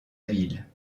ville